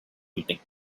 meeting